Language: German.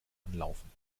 anlaufen